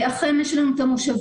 אחריהם יש לנו את המושבים.